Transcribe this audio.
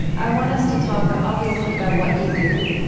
i want us to talk, ah obviously, about what you do,